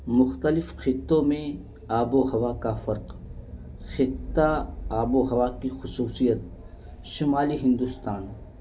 مختلف خطوں میں آب و ہوا کا فرق خطہ آب و ہوا کی خصوصیت شمالی ہندوستان